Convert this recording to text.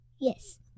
Yes